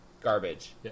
Garbage